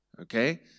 Okay